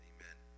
Amen